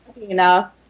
enough